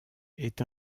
est